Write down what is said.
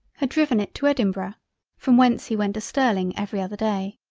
had driven it to edinburgh from whence he went to sterling every other day.